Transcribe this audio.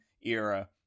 era